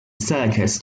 circus